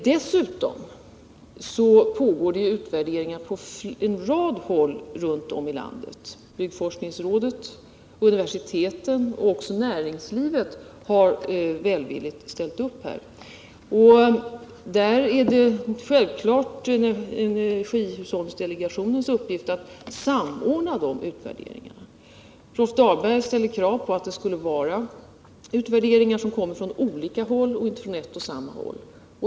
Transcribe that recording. Dessutom pågår utvärderingar på en rad håll runt om i landet: byggforsk ningsrådet, universiteten och också näringslivet har välvilligt ställt upp här. Det är självfallet energihushållningsdelegationens uppgift att samordna de utvärderingarna. Rolf Dahlberg ställde krav på att utvärderingarna skulle komma från olika håll och inte från ett och samma håll.